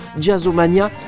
Jazzomania